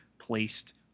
placed